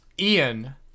ian